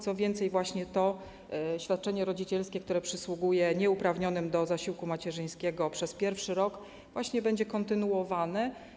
Co więcej, właśnie to świadczenie rodzicielskie, które przysługuje nieuprawnionym do zasiłku macierzyńskiego przez pierwszy rok, właśnie będzie kontynuowane.